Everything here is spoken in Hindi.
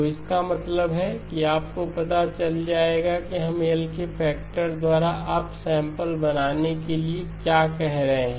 तो इसका मतलब है कि आपको पता चल जाएगा कि हम L के फैक्टर द्वारा अप सैंपल बनाने के लिए क्या कह रहे हैं